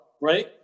right